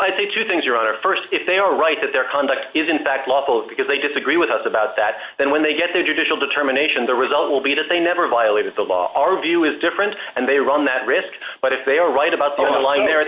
i'd say two things your honor st if they are right that their conduct is in fact lawful because they disagree with us about that then when they get their judicial determination the result will be that they never violated the law our view is different and they run that risk but if they are right about the line there